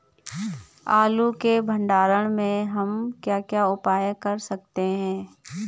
आलू के भंडारण में हम क्या क्या उपाय कर सकते हैं?